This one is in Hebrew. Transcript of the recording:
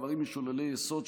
דברים משוללי יסוד,